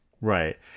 Right